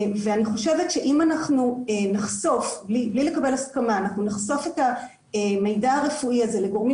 אני חושבת שאם אנחנו נחשוף את המידע הרפואי הזה בלי לקבל הסכמה לגורמים